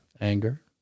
Anger